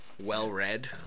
well-read